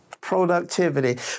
productivity